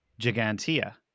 Gigantia